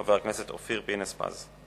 חבר הכנסת אופיר פינס-פז.